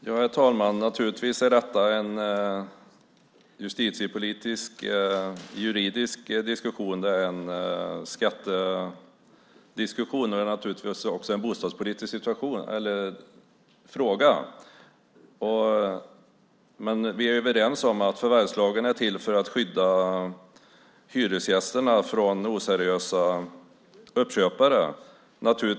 Herr talman! Naturligtvis är detta en justitiepolitisk, juridisk och skattepolitisk diskussion och naturligtvis också en bostadspolitisk fråga. Vi är överens om att förvärvslagen är till för att skydda hyresgästerna från oseriösa uppköpare.